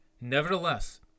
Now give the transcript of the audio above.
Nevertheless